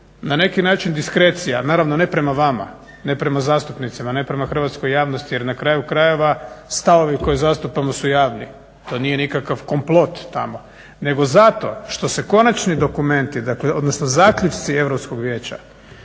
na neki način diskrecija, naravno ne prema vama, ne prema zastupnica, ne prema hrvatskoj javnosti jer na kraju krajeva stavovi koje zastupamo su javni. To nije nikakav komplot tamo, nego zato što se konačni dokumenti, dakle, odnosno zaključci Europskog vijeća